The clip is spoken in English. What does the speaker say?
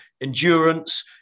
endurance